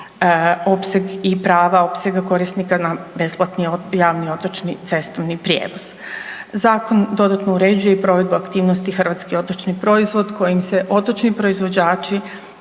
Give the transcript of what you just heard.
opseg i prava opsega korisnika na besplatni javni otočni cestovni prijevoz. Zakon dodatno uređuje i provedbu aktivnosti „Hrvatske otočni proizvod“ kojim se otočni proizvođači